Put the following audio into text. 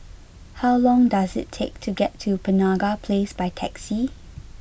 how long does it take to get to Penaga Place by taxi